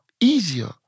easier